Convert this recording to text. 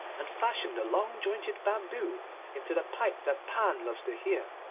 and fashion the long jointed bamboo into the pipe that pan loves to hear.